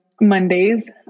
Mondays